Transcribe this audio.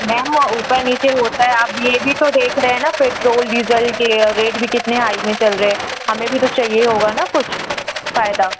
ma'am वो ऊपर नीचे होता है आप ये भी तो देख रहे हैं ना पेट्रोल डीज़ल के रेट भी कितने हाय में चल रहे हैं हमें भी तो चाहिए होना ना कुछ फ़ायदा